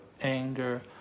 anger